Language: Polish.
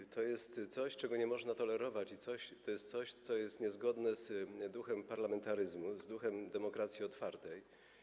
I to jest coś, czego nie można tolerować, i to jest coś, co jest niezgodne z duchem parlamentaryzmu, z duchem demokracji otwartej.